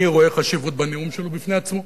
אני רואה חשיבות בנאום שלו בפני עצמו,